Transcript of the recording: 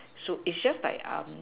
so it's just like um